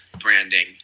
branding